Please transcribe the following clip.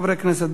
בבקשה.